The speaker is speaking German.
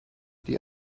die